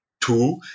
two